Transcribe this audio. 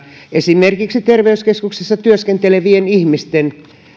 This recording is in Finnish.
esimerkiksi terveyskeskuksessa työskentelevien ihmisten työn